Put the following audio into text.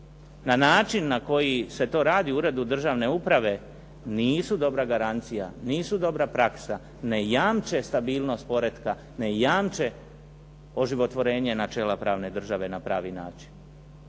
na način na koji se to radi u Uredu državne uprave nisu dobra garancija, nisu dobra praksa, ne jamče stabilnost poretka, ne jamče oživotvorenje načela pravne države na pravi način.